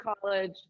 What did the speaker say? college